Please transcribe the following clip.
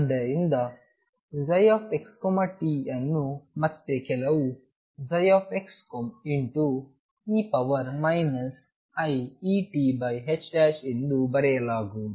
ಆದ್ದರಿಂದ ψxtಅನ್ನು ಮತ್ತೆ ಕೆಲವು ψ e iEt ಎಂದು ಬರೆಯಲಾಗುವುದು